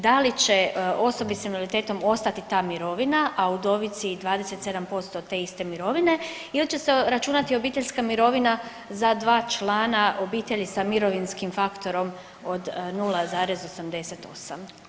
Da li će osobi sa invaliditetom ostati ta mirovina, a udovici 27% te iste mirovine ili će se računati obiteljska mirovina za dva člana obitelji sa mirovinskim faktorom od 0,88.